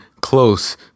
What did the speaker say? close